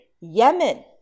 Yemen